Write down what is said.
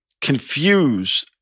confuse